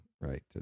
right